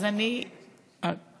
אנחנו מכבדים את זה.